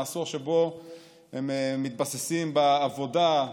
עשור שבו הם מתבססים בעבודה,